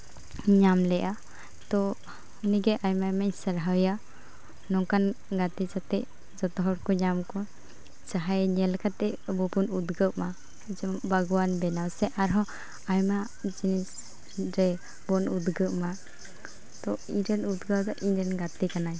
ᱧᱟᱢ ᱞᱮᱫᱟ ᱛᱳ ᱩᱱᱤᱜᱮ ᱟᱭᱢᱟ ᱟᱭᱢᱟᱧ ᱥᱟᱨᱦᱟᱣᱮᱭᱟ ᱱᱚᱝᱠᱟᱱ ᱜᱟᱛᱮ ᱥᱟᱛᱮᱜ ᱡᱚᱛᱚ ᱦᱚᱲᱠᱚ ᱧᱟᱢ ᱠᱚᱣᱟ ᱡᱟᱦᱟᱸᱭ ᱧᱮᱞ ᱠᱟᱛᱮᱫ ᱟᱵᱚ ᱵᱚᱱ ᱩᱫᱽᱜᱟᱹᱜ ᱢᱟ ᱡᱮᱢᱚᱱ ᱵᱟᱜᱽᱣᱟᱱ ᱵᱮᱱᱟᱣ ᱥᱮ ᱟᱨᱦᱚᱸ ᱟᱭᱢᱟ ᱡᱮ ᱨᱮ ᱵᱚᱱ ᱩᱫᱽᱜᱟᱹᱜ ᱱᱟ ᱛᱚ ᱤᱧᱨᱮᱱ ᱩᱫᱽᱜᱟᱹᱣ ᱫᱚ ᱤᱧᱨᱮᱱ ᱜᱟᱛᱮ ᱡᱟᱵᱟᱭ